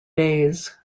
days